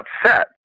upset